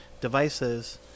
devices